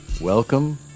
Welcome